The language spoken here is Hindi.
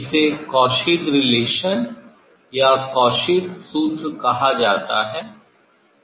इसे Cauchy's relation रिलेशन या Cauchy's सूत्र कहा जाता है